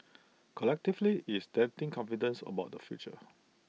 collectively IT is denting confidence about the future